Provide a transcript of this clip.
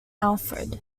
alfred